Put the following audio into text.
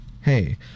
hey